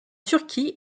turquie